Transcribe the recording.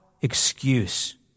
excuse